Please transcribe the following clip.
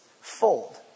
fold